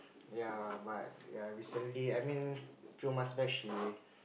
ya but ya recently I mean few months back she